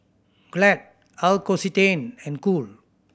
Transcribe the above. Glad L'Occitane and Cool